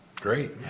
Great